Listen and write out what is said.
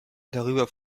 darüber